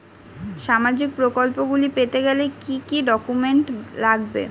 সামাজিক প্রকল্পগুলি পেতে গেলে কি কি ডকুমেন্টস লাগবে?